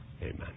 Amen